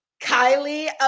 kylie